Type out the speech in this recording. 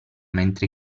mentre